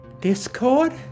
Discord